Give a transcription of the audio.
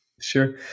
Sure